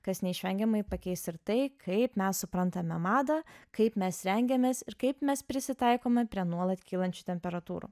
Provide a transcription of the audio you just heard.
kas neišvengiamai pakeis ir tai kaip mes suprantame madą kaip mes rengiamės ir kaip mes prisitaikome prie nuolat kylančių temperatūrų